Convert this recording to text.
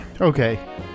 Okay